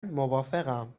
موافقم